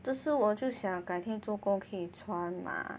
这是我就想改天做工可以穿 mah